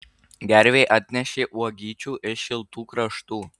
gervė atnešė uogyčių iš šiltų kraštų